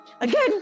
Again